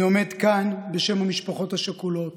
אני עומד כאן בשם המשפחות השכולות,